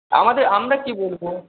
আমাদের আমরা কী বলব